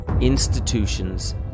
institutions